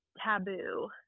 taboo